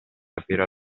capire